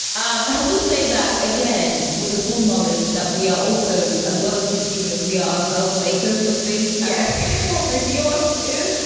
um um we say that again with the full knowledge that we are also, as well as consumers, we are ourselves makers of things yes. people review us, too.